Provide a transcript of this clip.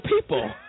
people